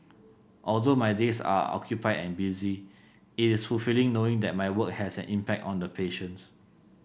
although my days are occupied and busy it is fulfilling knowing that my work has an impact on the patients